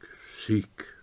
seek